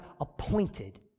appointed